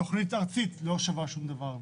תוכנית ארצית לא שווה שום דבר,